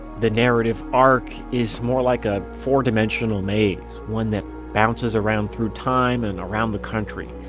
the narrative arc is more like a four-dimensional maze, one that bounces around through time and around the country.